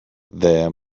there